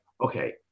okay